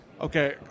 Okay